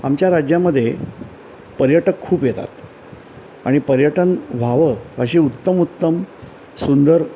आमच्या राज्यामध्ये पर्यटक खूप येतात आणि पर्यटन व्हावं अशी उत्तम उत्तम सुंदर